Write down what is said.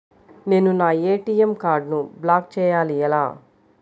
నేను నా ఏ.టీ.ఎం కార్డ్ను బ్లాక్ చేయాలి ఎలా?